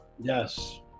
yes